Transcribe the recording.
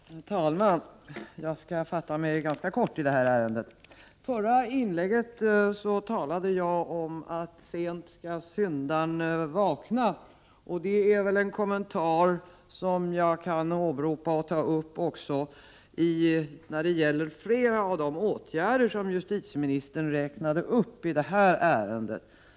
Herr talman! Jag skall i detta ärende fatta mig ganska kort. I det förra inlägget sade jag att sent skall syndaren vakna, och detta är väl en kommentar som jag kan göra beträffande flera av de åtgärder som justitieministern räknade upp i det här ärendet.